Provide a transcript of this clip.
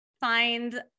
find